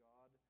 God